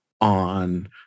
on